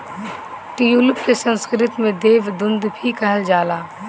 tulip के संस्कृत में देव दुन्दुभी कहल जाला